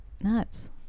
Nuts